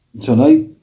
Tonight